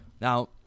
Now